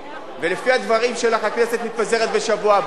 ולפי הדברים שלך הכנסת מתפזרת בשבוע הבא,